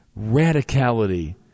radicality